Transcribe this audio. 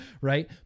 right